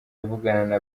avugana